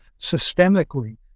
systemically